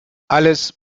alles